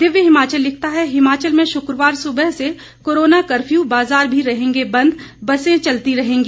दिव्य हिमाचल लिखता है हिमाचल में शुक्रवार सुबह से कोरोना कफर्यू बाजार भी रहेंगे बंद बसें चलती रहेंगी